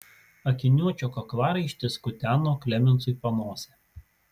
akiniuočio kaklaraištis kuteno klemensui panosę